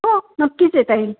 हो नक्कीच येता येईल